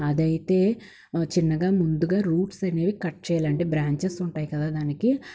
అదైతే చిన్నగా ముందుగా రూట్స్ అనేవి కట్ చేయాలంటే బ్రాంచెస్ ఉంటాయి కదా దానికి